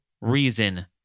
reason